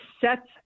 sets